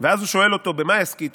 ואז הוא שואל אותו "במאי עסקיתו".